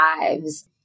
lives